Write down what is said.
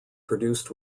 produced